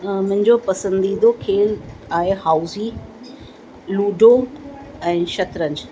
मुंहिंजो पसंदीदो खेल आहे हाउज़ी लूडो ऐं शतरंज